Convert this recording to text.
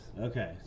Okay